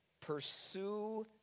Pursue